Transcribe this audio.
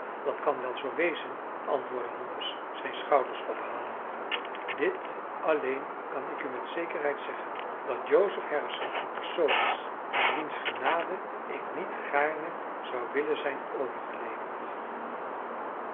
dat kan wel zoo wezen antwoordde holmes zijn schouders ophalende dit alleen kan ik u met zekerheid zeggen dat joseph harrison een persoon is aan wiens genade ik niet gaarne zou willen zijn overgeleverd